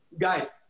guys